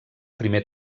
primer